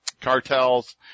cartels